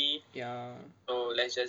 ya